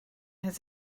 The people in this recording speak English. his